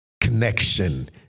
connection